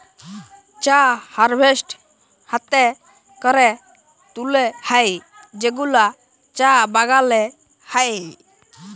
চা হারভেস্ট হ্যাতে ক্যরে তুলে হ্যয় যেগুলা চা বাগালে হ্য়য়